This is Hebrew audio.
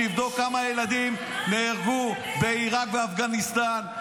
תבדוק כמה ילדים נהרגו בעיראק ובאפגניסטן,